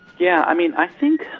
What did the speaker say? yeah, i mean, i think